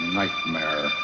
nightmare